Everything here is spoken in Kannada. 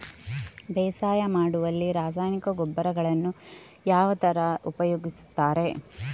ಬೇಸಾಯ ಮಾಡುವಲ್ಲಿ ರಾಸಾಯನಿಕ ಗೊಬ್ಬರಗಳನ್ನು ಯಾವ ತರ ಉಪಯೋಗಿಸುತ್ತಾರೆ?